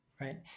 Right